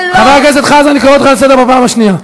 חבר הכנסת חזן, אני קוראת אותך לסדר פעם שנייה.